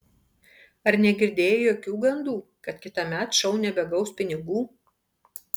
ar negirdėjai jokių gandų kad kitąmet šou nebegaus pinigų